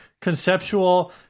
Conceptual